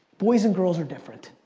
boys and girls are different.